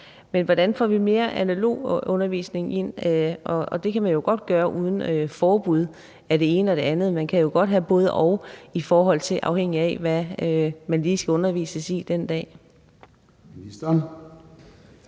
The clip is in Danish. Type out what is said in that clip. men hvordan får vi mere analog undervisning ind? Og det kan man jo godt gøre uden forbud mod det ene og det andet. Man kan jo godt have et både-og, afhængigt af hvad man lige skal undervises i den dag.